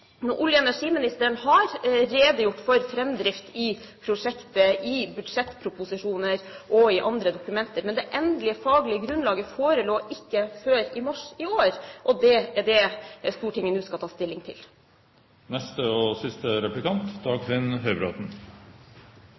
Olje- og energiministeren har redegjort for framdrift i prosjektet i budsjettproposisjoner og i andre dokumenter, men det endelige faglige grunnlaget forelå ikke før i mars i år. Og det er det Stortinget nå skal ta stilling